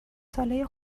ساله